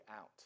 out